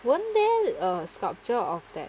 weren't there a sculpture of that